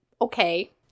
okay